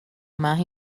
más